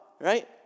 Right